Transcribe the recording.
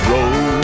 Road